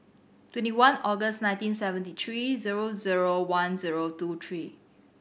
twenty one August nineteen seventy three zero zero one zero two three